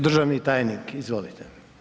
Državni tajnik izvolite.